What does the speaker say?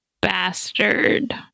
Bastard